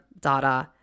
Dada